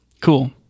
Cool